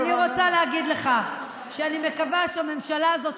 אז אני רוצה להגיד לך שאני מקווה שהממשלה הזאת,